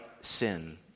sin